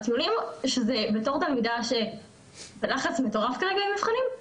הטיולים, שבתור תלמידה שבלחץ מטורף כרגע ממבחנים,